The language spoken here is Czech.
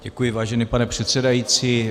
Děkuji, vážený pane předsedající.